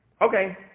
Okay